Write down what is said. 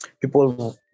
People